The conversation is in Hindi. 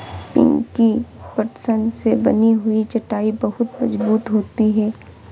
पिंकी पटसन से बनी हुई चटाई बहुत मजबूत होती है